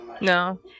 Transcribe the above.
No